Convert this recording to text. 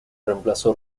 reemplazó